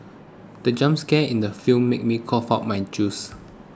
the jump scare in the film made me cough out my juice